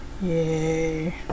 Yay